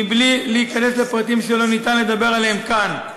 מבלי להיכנס לפרטים שלא ניתן לדבר עליהם כאן: